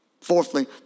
Fourthly